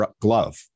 glove